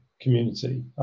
community